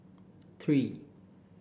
three